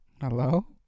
Hello